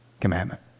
commandment